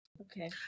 okay